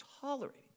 tolerating